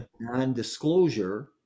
non-disclosure